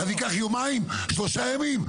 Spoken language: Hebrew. אני אקח יומיים, שלושה ימים?